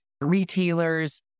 retailers